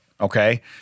Okay